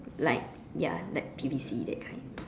like ya like P_V_C that kind